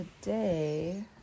today